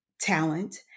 talent